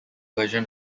version